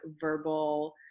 verbal